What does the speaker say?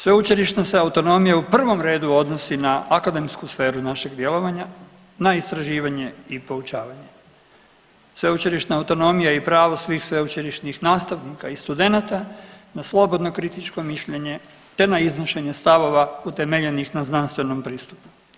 Sveučilišna se autonomija u prvom redu odnosi na akademsku sferu našeg djelovanja na istraživanje i poučavanje, sveučilišna autonomija i pravo svih sveučilišnih nastavnika i studenata na slobodno kritičko mišljenje, te na iznošenje stavova utemeljenih na znanstvenom pristupu.